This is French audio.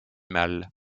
mal